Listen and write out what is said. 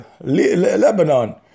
Lebanon